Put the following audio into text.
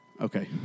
okay